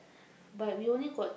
but we only got